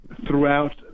throughout